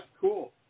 cool